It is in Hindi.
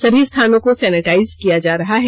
सभी स्थानों को सैनेटाइज़्ड किया जा रहा है